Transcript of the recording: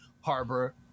harbor